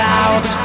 out